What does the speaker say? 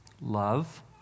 Love